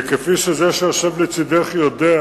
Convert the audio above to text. כי כפי שזה שיושב לצדך יודע,